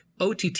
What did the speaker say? OTT